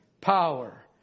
Power